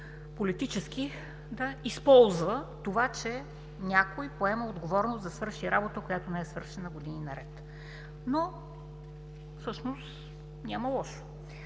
политически да използва това, че някой поема отговорност да свърши работа, която не е свършена години наред. Но всъщност няма лошо!